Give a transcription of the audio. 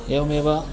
एवमेव